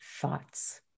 thoughts